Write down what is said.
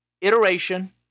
Iteration